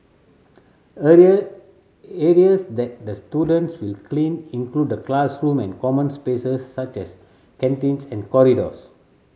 area areas that the students will clean include the classroom and common spaces such as canteens and corridors